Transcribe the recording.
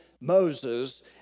Moses